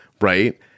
right